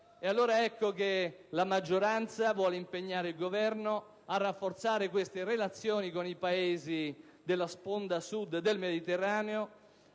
alti al mondo. La maggioranza vuole impegnare il Governo a rafforzare queste relazioni con i Paesi della sponda Sud del Mediterraneo